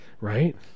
Right